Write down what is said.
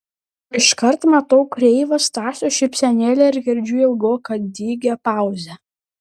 iškart matau kreivą stasio šypsenėlę ir girdžiu ilgoką dygią pauzę